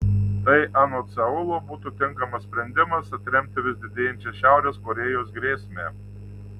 tai anot seulo būtų tinkamas sprendimas atremti vis didėjančią šiaurės korėjos grėsmę